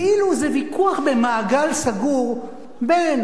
כאילו זה ויכוח במעגל סגור בין